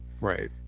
right